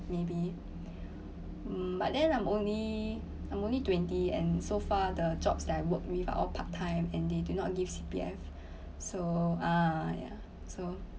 maybe mm but then I'm only I'm only twenty and so far the jobs that I work with are all part time and they do not give C_P_F so ah ya so